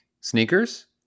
Sneakers